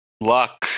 luck